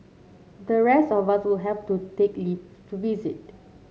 the rest of us will have to take leave to visit